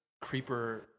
Creeper